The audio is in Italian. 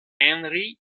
henri